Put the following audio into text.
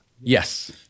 Yes